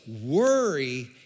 worry